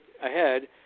ahead